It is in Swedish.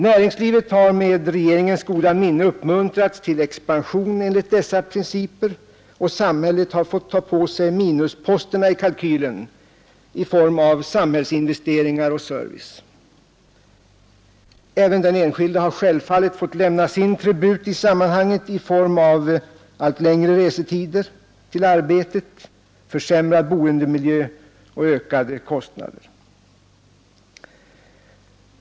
Näringslivet har med regeringens goda minne uppmuntrats till expansion enligt dessa principer, och samhället har fått ta på sig minusposterna i kalkylen i form av samhällsinvesteringar och service. Även den enskilde har självfallet fått lämna sin tribut i form av allt längre restider till arbetet, försämrad boendemiljö och ökade kostnader.